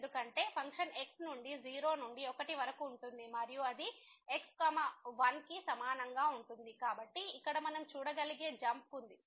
ఎందుకంటే function x నుండి 0 నుండి 1 వరకు ఉంటుంది మరియు అది x1 కి సమానంగా ఉంటుంది కాబట్టి ఇక్కడ మనం చూడగలిగే జంప్ ఉంది